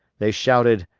they shouted,